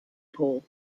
poll